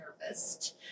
nervous